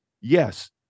Yes